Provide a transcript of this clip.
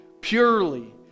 purely